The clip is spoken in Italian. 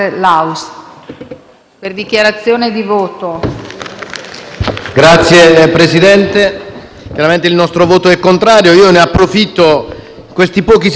Signor Presidente, chiaramente il nostro voto è contrario e io approfitto di questi pochi secondi per dare una risposta ad un dubbio